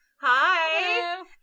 Hi